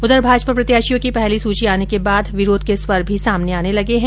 उधर भाजपा प्रत्याशियों की पहली सूची आने के बाद विरोध के स्वर भी सामने आर्ने लगे हैं